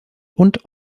und